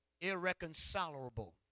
Irreconcilable